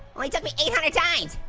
only took me eight hundred times!